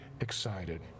excited